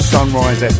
Sunrise